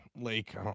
Lake